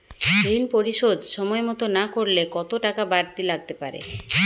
ঋন পরিশোধ সময় মতো না করলে কতো টাকা বারতি লাগতে পারে?